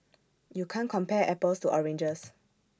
you can't compare apples to oranges